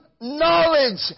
knowledge